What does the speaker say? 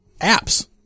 apps